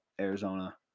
Arizona